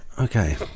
Okay